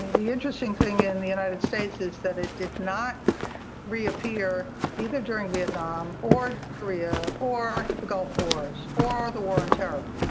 the the interesting thing in the united states is that it did not reappear either during vietnam or korea or the gulf wars or the war on terror.